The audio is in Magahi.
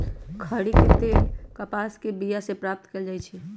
खरि के तेल कपास के बिया से प्राप्त कएल जाइ छइ